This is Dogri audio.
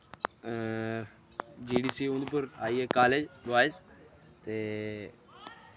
जी डी सी उधमपुरल आईये कालेज बोयस ते